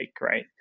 right